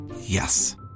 Yes